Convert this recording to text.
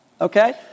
Okay